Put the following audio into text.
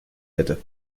hätte